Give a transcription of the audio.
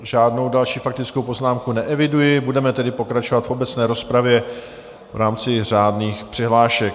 Žádnou další faktickou poznámku neeviduji, budeme tedy pokračovat v obecné rozpravě v rámci řádných přihlášek.